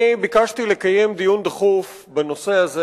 אני ביקשתי לקיים דיון דחוף בנושא הזה